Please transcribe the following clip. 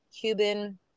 Cuban